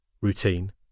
Routine